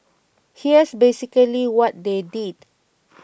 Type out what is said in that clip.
here's basically what they did